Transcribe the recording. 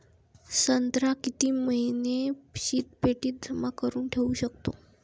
संत्रा किती महिने शीतपेटीत जमा करुन ठेऊ शकतो?